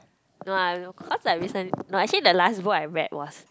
no lah no cause I recent no actually the last book I read was